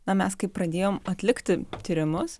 na mes kaip pradėjom atlikti tyrimus